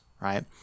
right